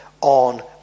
on